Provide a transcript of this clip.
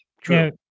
true